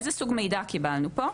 איזה סוג מידע קיבלנו פה.